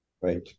Right